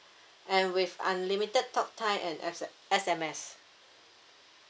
and with unlimited talk time and S_M S_M_S